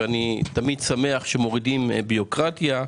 אני תמיד שמח כשמורידים בירוקרטיה,